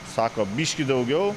sako biškį daugiau